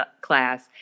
class